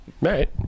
Right